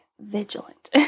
vigilant